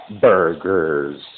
burgers